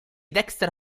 dexter